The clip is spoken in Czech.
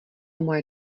moje